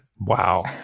Wow